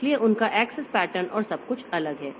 इसलिए उनका access pattern और सब कुछ अलग है